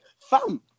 fam